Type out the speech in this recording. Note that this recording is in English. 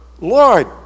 Lord